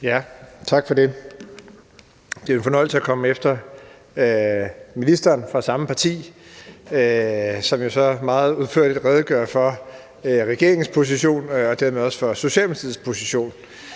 Tak for det. Det er jo en fornøjelse at komme efter ministeren fra samme parti, som jo så meget udførligt redegør for regeringens position og dermed også for Socialdemokratiets position.